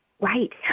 Right